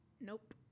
nope